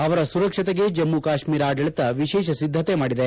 ಅವರ ಸುರಕ್ಷತೆಗೆ ಜಮ್ಮ ಕಾಶ್ವೀರ ಆಡಳಿತ ವಿಶೇಷ ಸಿದ್ದತೆ ಮಾಡಿದೆ